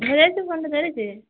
ধরেছি ফোনটা ধরেছে